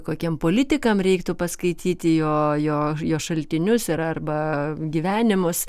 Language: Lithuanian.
kokiem politikam reiktų paskaityti jo jo jo šaltinius ir arba gyvenimus